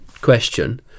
question